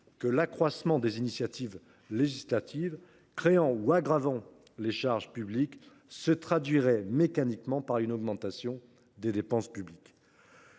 : l’accroissement des initiatives législatives créant ou aggravant les charges publiques se traduirait mécaniquement par une augmentation des dépenses publiques.